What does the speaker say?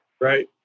right